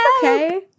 Okay